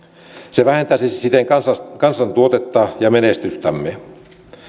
se vähentäisi siten kansantuotetta ja menestystämme